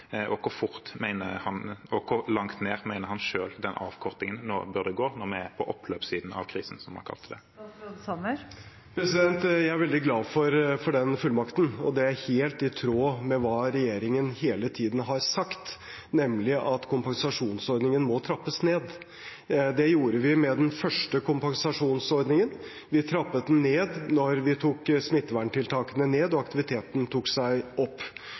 og hvor langt ned mener han selv den avkortingen bør gå når vi er på oppløpssiden av krisen, som han kalte det? Jeg er veldig glad for den fullmakten, og det er helt i tråd med det regjeringen hele tiden har sagt, nemlig at kompensasjonsordningen må trappes ned. Det gjorde vi med den første kompensasjonsordningen. Vi trappet den ned da vi tok smitteverntiltakene ned og aktiviteten tok seg opp.